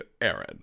Aaron